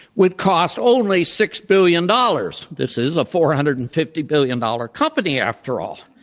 would cost only six billion dollars. this is a four hundred and fifty billion dollars company, after all.